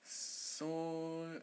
so